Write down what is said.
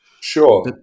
Sure